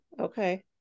Okay